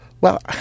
Well